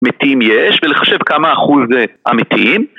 מתים יש ולחשב כמה אחוז זה אמיתיים